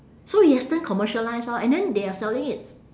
so it has turn commercialised orh and then they are selling it